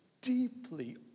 deeply